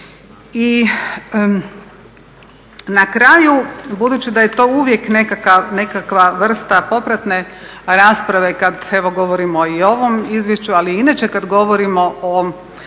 I na kraju budući da je to uvijek nekakva vrsta popratne rasprave kad evo govorimo i o ovom izvješću ali i inače kada govorimo o